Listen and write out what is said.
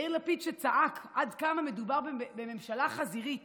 יאיר לפיד, שצעק עד כמה מדובר בממשלה חזירית